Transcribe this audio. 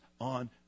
on